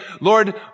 Lord